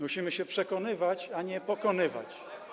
Musimy się przekonywać, a nie pokonywać.